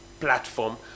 platform